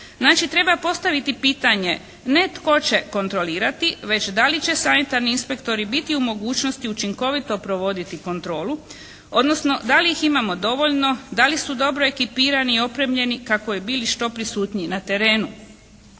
treba postaviti pitanje ne tko će kontrolirati već da li će sanitarni inspektori biti u mogućnosti učinkovito provoditi kontrolu odnosno da li ih imamo dovoljno, da li su dobro ekipirani i opremljeni kako bi bili što prisutniji na terenu.